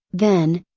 then,